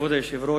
כבוד היושב-ראש,